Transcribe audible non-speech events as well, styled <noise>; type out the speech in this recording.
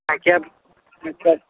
হ্যাঁ ক্যাব <unintelligible>